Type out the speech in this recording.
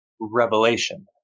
revelation